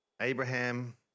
Abraham